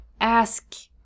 ask